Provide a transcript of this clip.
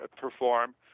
perform